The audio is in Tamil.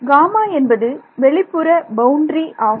Γ என்பது வெளிப்புற பவுண்டரி ஆகும்